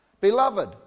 Beloved